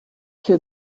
too